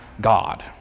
God